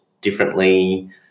differently